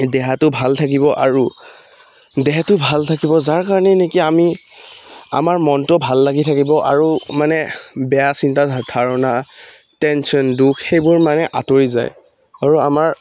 দেহাটো ভাল থাকিব আৰু দেহটো ভাল থাকিব যাৰ কাৰণে নেকি আমি আমাৰ মনটো ভাল লাগি থাকিব আৰু মানে বেয়া চিন্তা ধাৰণা টেনচন দুখ সেইবোৰ মানে আঁতৰি যায় আৰু আমাৰ